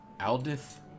Aldith